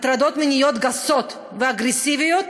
הטרדות מיניות גסות ואגרסיביות